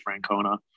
Francona